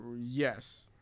Yes